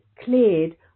cleared